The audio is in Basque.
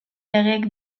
legeek